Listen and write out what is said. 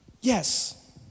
Yes